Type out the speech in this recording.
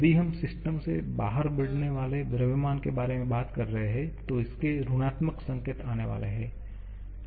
यदि हम सिस्टम से बाहर बहने वाले द्रव्यमान के बारे में बात कर रहे हैं तो इसमें ऋणात्मक संकेत आने वाले हैं